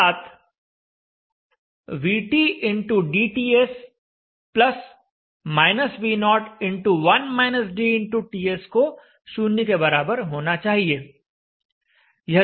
अर्थात xTS को शून्य के बराबर होना चाहिए